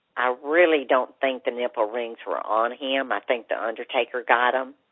i really don't think the nipple rings were on him. i think the undertaker got them.